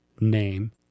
name